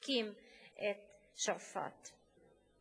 וחונקים את שועפאט.